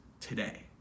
today